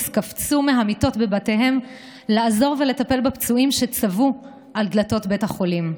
קפצו מהמיטות בבתיהם לעזור ולטפל בפצועים שצבאו על דלתות בית החולים.